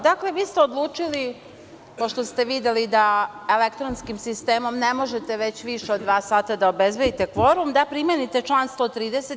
Dakle, vi ste odlučili, pošto ste videli da elektronskim sistemom ne možete već više od dva sata obezbedite kvorum, da primenite član 130.